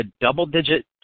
double-digit